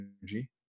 energy